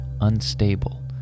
unstable